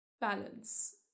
balance